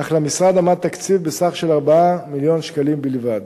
אך למשרד עמד תקציב בסך של 4 מיליון שקלים בלבד.